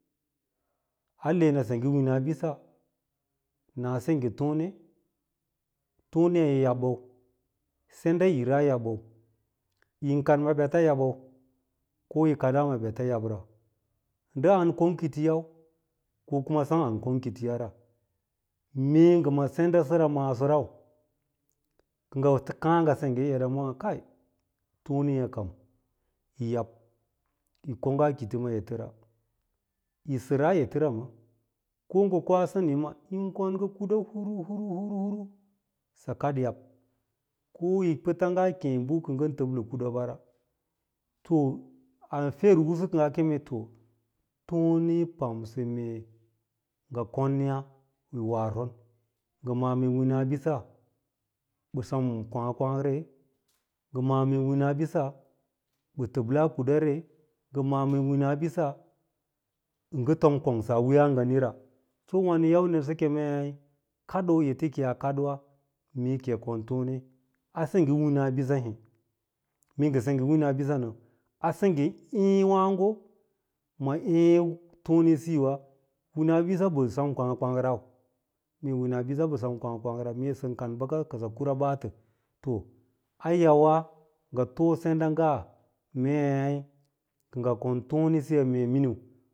A le nɚ sengge win abisa naa sengge tone toneya yi yabbabi, senda ira yi yabbɚu yin kaɗma beta yabbɚu, ko yi kadaa ma ɓeta yabra, ndɚ an kong kitɚyau ko sem an kong kitoyara, mee ngɚ ma sendasɚra maasorau kɚ ngɚ kàà ngɚ sengge eda maa kai toneyà ka iyi yab, yi kongga kito ma etera, yi sɚraa etera ma ko ngɚ koa sani ma yin kong ngɚ kuɗa huuu huvu huuu huvu huuu huvu sɚ kad yab, k yi pɚta kêê bɚ kɚ ngɚ tɚblɚ kuda bara to, a fer’usu kɚ ngaa kem to tone yi pamsɚ ngɚ konya yi warson ngɚ ma’àrs mee winabisa bɚ sem ma kwa kirà, ngɚ ma’à mee winaɓisa ɓɚ tɚbtas kuɗare ngɚn ma’à mee winabisa ɓɚ ngɚ tom kongsa ra a wayas nganira, so wa nɚn yau nɚ sɚ kemei kadoo ete kiyi kaɗ’wa mee kiyi kon toen a sengge wina ɓisa he, mee ngɚ sengge winabisa nɚ, a sengge êêwango, ma êê tone siyiwa, winabisa ɓɚ sem kwàkwàk rau mee wina ɓisa ɓɚ kwakwakra, mee sɚn kan bɚka kɚsɚ kura ɓaatɚ, to ayauwa ngɚ to senda’ nga kɚ nɚ kon tone siya min mina.